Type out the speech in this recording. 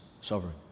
sovereign